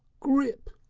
grip!